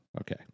Okay